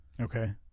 okay